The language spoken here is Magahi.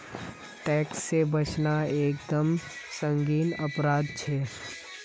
टैक्स से बचना एक दम संगीन अपराध छे